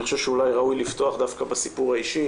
אני חושב שאולי ראוי לפתוח דווקא בסיפור האישי.